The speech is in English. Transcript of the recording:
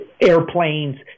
airplanes